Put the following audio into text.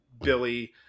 Billy